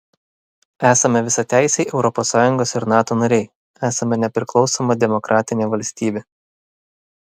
esame visateisiai europos sąjungos ir nato nariai esame nepriklausoma demokratinė valstybė